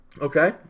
Okay